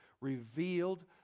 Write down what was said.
Revealed